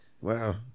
Wow